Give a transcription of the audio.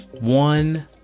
one